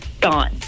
gone